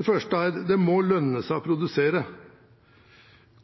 Det første er: Det må lønne seg å produsere.